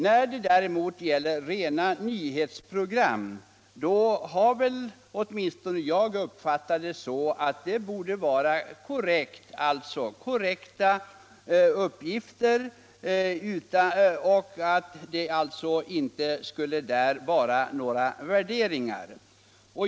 När det däremot gäller rena nyhetsprogram har åtminstone jag uppfattat det så att de borde innehålla korrekta uppgifter och inte några värderingar.